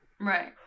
Right